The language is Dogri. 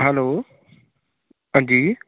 हैल्लो हां जी